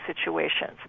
situations